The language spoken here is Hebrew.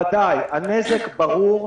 בוודאי, הנזק ברור.